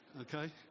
Okay